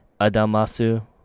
Adamasu